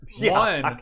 One